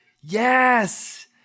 yes